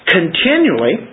continually